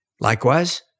Likewise